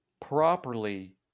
properly